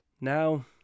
Now